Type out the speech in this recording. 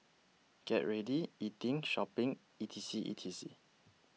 get ready eating shopping E T C E T C